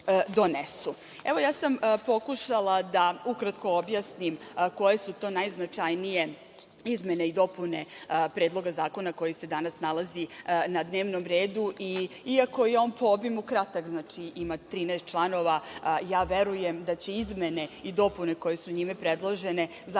ja sam pokušala da ukratko objasnim koje su to najznačajnije izmene i dopune Predloga zakona koji se danas nalazi na dnevnom redu, iako je on po obimu kratak, znači ima 13 članova, ja verujem da će izmene i dopune koje su njime predložene zaista